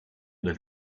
del